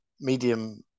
medium